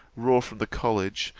raw from the college,